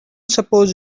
suppose